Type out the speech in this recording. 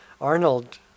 Arnold